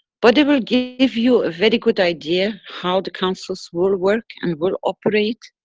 but it will give you a very good idea how the councils will work, and will operate,